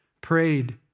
prayed